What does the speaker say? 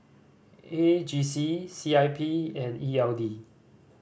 A G C C I P and E L D